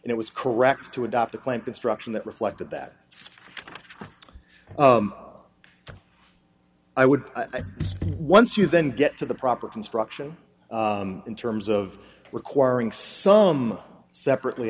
and it was correct to adopt a claim construction that reflected that i would say once you then get to the proper construction in terms of requiring some separately